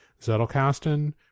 Zettelkasten